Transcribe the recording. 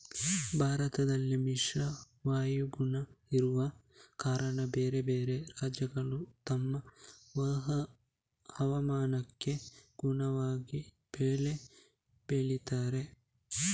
ಭಾರತದಲ್ಲಿ ಮಿಶ್ರ ವಾಯುಗುಣ ಇರುವ ಕಾರಣ ಬೇರೆ ಬೇರೆ ರಾಜ್ಯಗಳು ತಮ್ಮ ಹವಾಮಾನಕ್ಕೆ ಅನುಗುಣವಾಗಿ ಬೆಳೆ ಬೆಳೀತಾರೆ